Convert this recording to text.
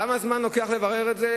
כמה זמן לוקח לברר את זה?